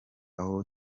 aho